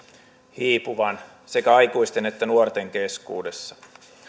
hiipuvan sekä aikuisten että nuorten keskuudessa